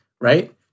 right